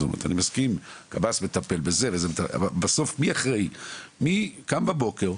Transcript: מי קם בבוקר,